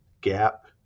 gap